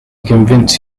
convince